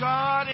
God